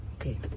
Okay